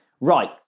right